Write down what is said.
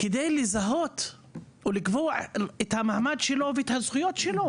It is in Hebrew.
כדי לזהות או לקבוע את המעמד שלו ואת הזכויות שלו,